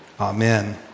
Amen